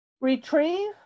retrieve